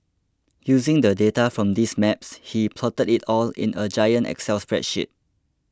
using the data from these maps he plotted it all in a giant excel spreadsheet